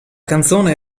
canzone